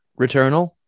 returnal